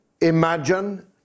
imagine